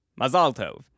Mazaltov